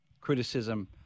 criticism